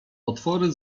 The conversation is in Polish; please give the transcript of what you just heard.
potwory